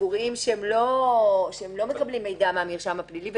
לא מקבלים מידע מהמרשם הפלילי.